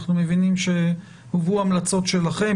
אנחנו מבינים שהובאו המלצות שלכם,